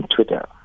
Twitter